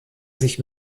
sich